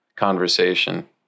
conversation